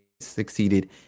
succeeded